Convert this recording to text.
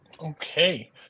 okay